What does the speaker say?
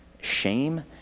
shame